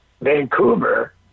Vancouver